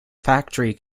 factory